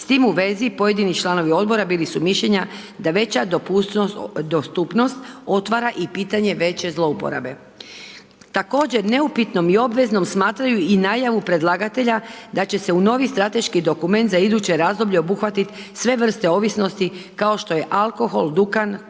S tim u vezi pojedini članovi odbora bili su mišljenja da veća dostupnost otvara i pitanje veće zlouporabe. Također, neupitnom i obveznom smatraju i najavu predlagatelja da će se u novi strateški dokument za iduće razdoblje obuhvatiti sve vrste ovisnosti kao što je alkohol, duhan, kocka,